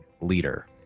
leader